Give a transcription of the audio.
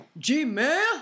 Gmail